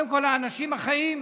וקודם כול האנשים החיים,